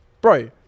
bro